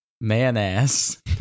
Man-ass